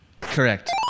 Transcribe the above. Correct